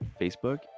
Facebook